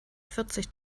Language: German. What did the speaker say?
vierzig